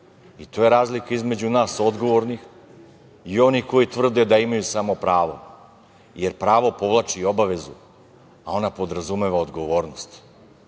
To je razlika između nas odgovornih i onih koji tvrde da imaju samo pravo, jer pravo povlači obavezu, a ona podrazumeva odgovornost.